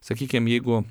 sakykim jeigu